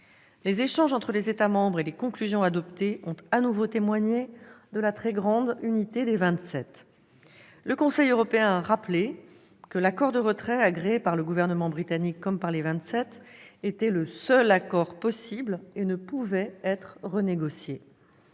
Les échanges entre les États membres et les conclusions adoptées ont de nouveau témoigné de la très grande unité des Vingt-Sept. Le Conseil européen a rappelé que l'accord de retrait, agréé par le gouvernement britannique comme par les Vingt-Sept, était le seul accord possible et ne pouvait être renégocié.